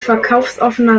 verkaufsoffener